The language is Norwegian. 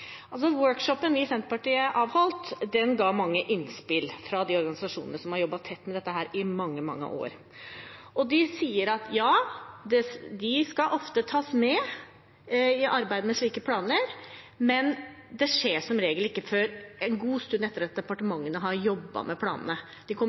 avholdt i Senterpartiet, ga mange innspill fra organisasjonene som har jobbet mye med dette i mange, mange år. De sier at de ofte tas med i arbeidet med slike planer, men at det som regel skjer først en god stund etter at departementene har jobbet med planene. De kommer